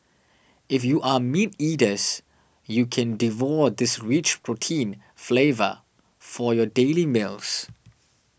if you are meat eaters you can devour this rich protein flavor for your daily meals